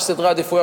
יש סדרי עדיפויות,